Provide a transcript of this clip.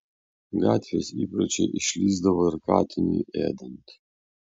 gatvės įpročiai išlįsdavo ir katinui ėdant